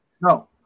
No